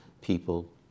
people